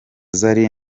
zari